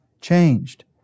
changed